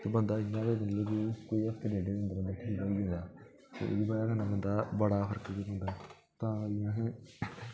बंदा इ'न्ना ऐ कि हफ्ते डिढ दे अंदर अंदर ठीक होई जंदा ओह्दी बजह् कन्नै बंदा बड़ा फरक पेई जंदा तां करिये